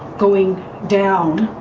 going down